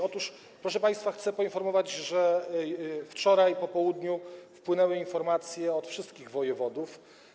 Otóż, proszę państwa, chcę poinformować, że wczoraj po południu wpłynęły informacje od wszystkich wojewodów.